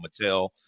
Mattel